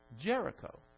Jericho